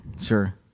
Sure